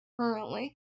currently